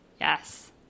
yes